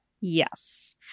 Yes